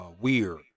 weird